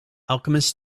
alchemists